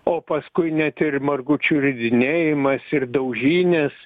o paskui net ir margučių ridinėjimas ir daužynės